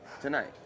tonight